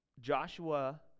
Joshua